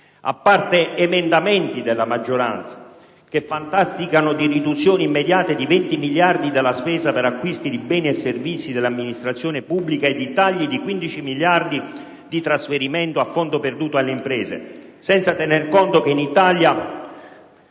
A parte emendamenti della maggioranza che fantasticano di riduzioni immediate di 20 miliardi della spesa per acquisti di beni e servizi delle amministrazioni pubbliche e di tagli di 15 miliardi di trasferimenti a fondo perduto alle imprese, senza tenere conto che in Italia